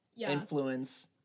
influence